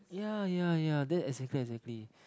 ya yeah yeah that exactly exactly